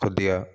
కొద్దిగా